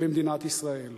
במדינת ישראל.